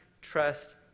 trust